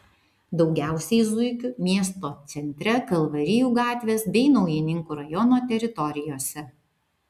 daugiausiai zuikių miesto centre kalvarijų gatvės bei naujininkų rajono teritorijose